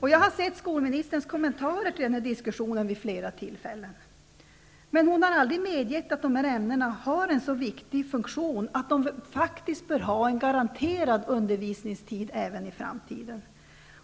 Jag har tagit del av skolministerns kommentarer till denna diskussion vid flera tillfällen. Men hon har aldrig medgett att dessa ämnen har en så viktig funktion att de faktiskt bör ha en garanterad undervisningstid även i framtiden.